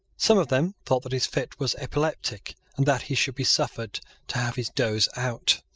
some of them thought that his fit was epileptic, and that he should be suffered to have his doze out.